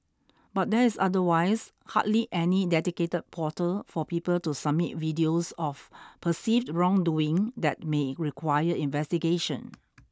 but there is otherwise hardly any dedicated portal for people to submit videos of perceived wrongdoing that may require investigation